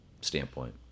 standpoint